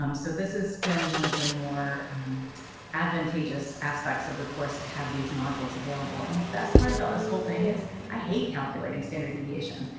um so this has been one of the more advantageous aspects of the course to have these modules available. and the best part about this whole thing is i hate calculating standard deviation,